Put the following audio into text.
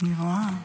אני רואה.